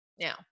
Now